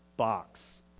box